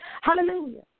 Hallelujah